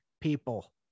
people